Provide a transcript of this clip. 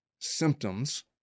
symptoms